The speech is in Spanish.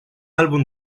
álbum